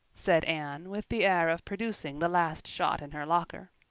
said anne, with the air of producing the last shot in her locker.